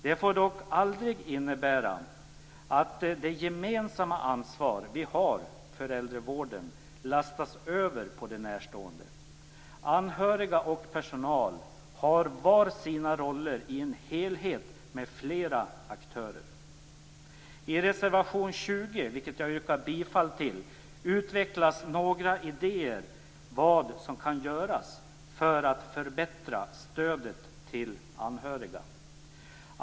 Det får dock aldrig innebära att det gemensamma ansvar som vi har för äldrevården lastas över på de närstående. Anhöriga och personal har var sina roller i en helhet med flera aktörer. I reservation nr 20, vilken jag yrkar bifall till, utvecklas några idéer om vad som kan göras för att förbättra stödet till anhöriga.